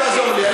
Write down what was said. אל תעזור לי.